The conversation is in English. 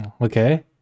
okay